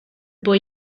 boy